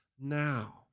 now